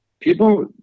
people